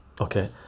okay